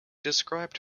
described